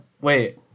Wait